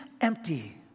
empty